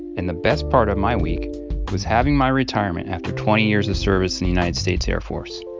and the best part of my week was having my retirement after twenty years of service in the united states air force.